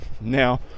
Now